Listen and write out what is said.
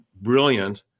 brilliant